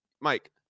Mike